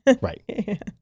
right